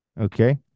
Okay